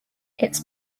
its